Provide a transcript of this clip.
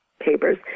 Papers